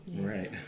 Right